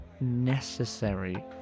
necessary